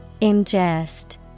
Ingest